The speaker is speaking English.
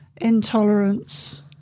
Intolerance